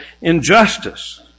injustice